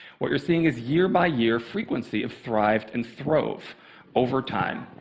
what you're seeing is year by year frequency of thrived and throve over time.